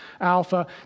Alpha